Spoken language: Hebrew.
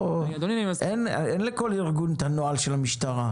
אין לכל ארגון את הנוהל של המשטרה.